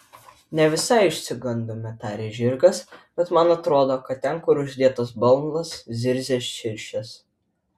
ne visai išsigandome tarė žirgas bet man atrodo kad ten kur uždėtas balnas zirzia širšės